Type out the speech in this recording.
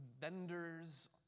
vendors